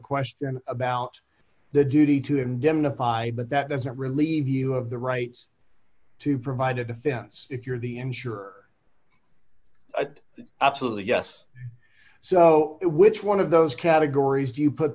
question about the duty to indemnify but that doesn't relieve you of the rights to provide a defense if you're the insurer absolutely yes so which one of those categories do you put